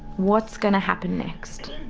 what's going to happen next?